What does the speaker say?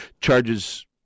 Charges